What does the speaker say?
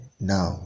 now